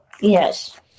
Yes